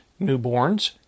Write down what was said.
newborns